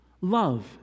Love